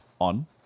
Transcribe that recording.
on